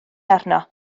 arno